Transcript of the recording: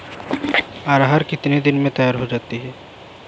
अरहर कितनी दिन में तैयार होती है?